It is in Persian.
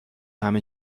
همه